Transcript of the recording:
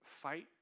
fight